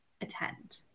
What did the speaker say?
attend